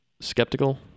skeptical